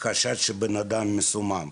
בחשד שבן אדם מסומם.